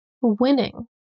winning